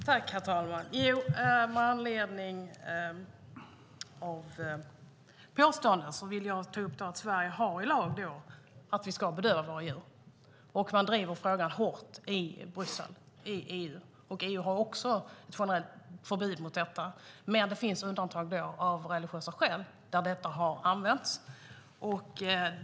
Herr talman! Med anledning av påståendena vill jag ta upp att Sverige har i lag att vi ska bedöva våra djur, och vi driver frågan hårt i EU. EU har också ett generellt förbud mot detta. Men det finns undantag, av religiösa skäl, där detta har använts.